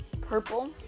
purple